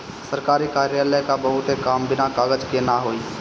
सरकारी कार्यालय क बहुते काम बिना कागज के ना होई